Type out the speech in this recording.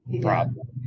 problem